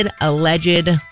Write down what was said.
alleged